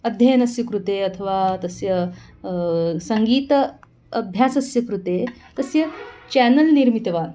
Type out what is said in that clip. अध्ययनस्य कृते अथवा तस्य सङ्गीताभ्यासस्य कृते तस्य चेनल् निर्मितवान्